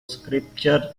scripture